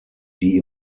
die